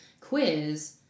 quiz